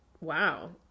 wow